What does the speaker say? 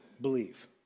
believe